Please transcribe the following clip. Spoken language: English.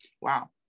wow